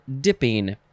dipping